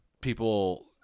people